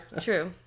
True